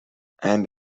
and